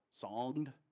songed